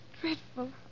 dreadful